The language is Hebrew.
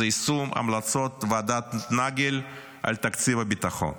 זה יישום המלצות ועדת נגל על תקציב הביטחון.